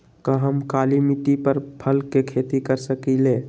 का हम काली मिट्टी पर फल के खेती कर सकिले?